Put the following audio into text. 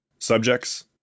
Subjects